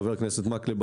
חבר הכנסת מקלב,